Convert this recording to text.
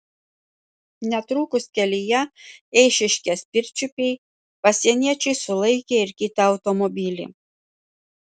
netrukus kelyje eišiškės pirčiupiai pasieniečiai sulaikė ir kitą automobilį